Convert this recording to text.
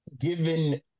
given